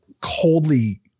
coldly